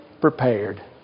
prepared